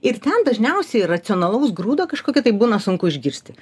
ir ten dažniausiai racionalaus grūdo kažkokio tai būna sunku išgirsti